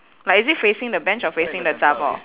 like is it facing the bench or facing the zha bor